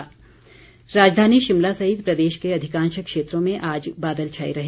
मौसम राजधानी शिमला सहित प्रदेश के अधिकांश क्षेत्रों में आज बादल छाये रहे